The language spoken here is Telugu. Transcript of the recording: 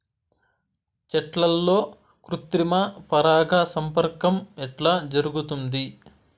చెట్లల్లో కృత్రిమ పరాగ సంపర్కం ఎట్లా జరుగుతుంది?